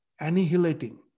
annihilating